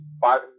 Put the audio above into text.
five